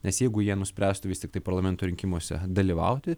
nes jeigu jie nuspręstų vis tiktai parlamento rinkimuose dalyvauti